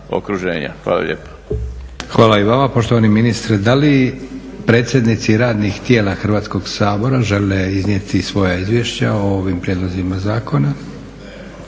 Hvala i vama